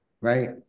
right